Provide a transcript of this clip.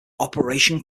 operation